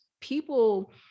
people